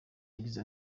yagize